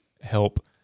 help